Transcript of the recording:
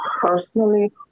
personally